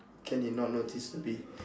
how can you not notice the bee